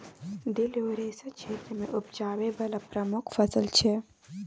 दिल युरेसिया क्षेत्र मे उपजाबै बला प्रमुख फसल छै